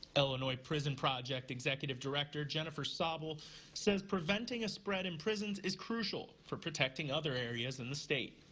illinois prison project executive director jennifer soble says preventing a spread in prisons is crucial for protecting other areas in the state.